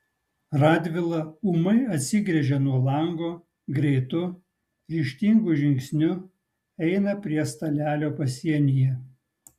radvila ūmai atsigręžia nuo lango greitu ryžtingu žingsniu eina prie stalelio pasienyje